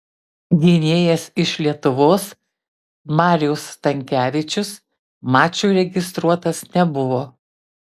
gynėjas iš lietuvos marius stankevičius mačui registruotas nebuvo